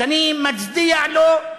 שאני מצדיע לו,